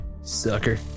Sucker